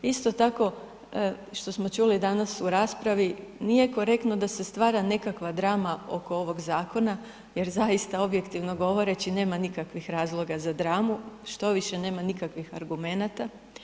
Isto tako, što smo čuli danas u raspravi nije korektno da se stvara nekakva drama oko ovoga zakona jer zaista objektivno govoreći nema nikakvih razloga za dramu, štoviše nema nikakvih argumenata.